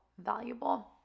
valuable